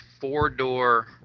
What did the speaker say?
four-door